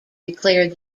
declared